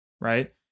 Right